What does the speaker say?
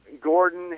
Gordon